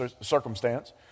circumstance